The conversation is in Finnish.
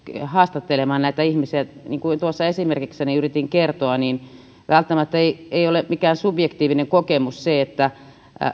haastattelemaan näitä ihmisiä niin kuin tuossa esimerkissäni yritin kertoa välttämättä ei ei ole mikään subjektiivinen kokemus se että